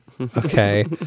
okay